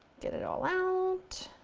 get it all out.